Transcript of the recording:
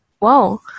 wow